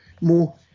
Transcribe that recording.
more